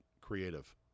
creative